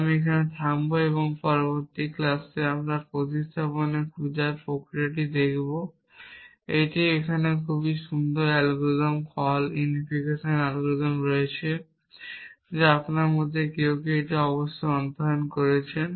তাই আমি এখানে থামব এবং পরবর্তী ক্লাসে আমরা এখানে প্রতিস্থাপন খোঁজার এই প্রক্রিয়াটি দেখব এবং এখানে একটি খুব সুন্দর অ্যালগরিদম কল ইউনিফিকেশন অ্যালগরিদম রয়েছে যা আপনার মধ্যে কেউ কেউ অবশ্যই এটি করার জন্য অধ্যয়ন করেছেন